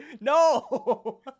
no